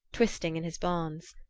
twisting in his bonds.